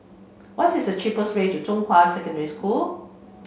what is the cheapest way to Zhonghua Secondary School